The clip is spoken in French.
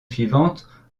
suivantes